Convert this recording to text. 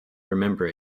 remember